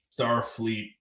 Starfleet